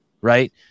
Right